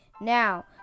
Now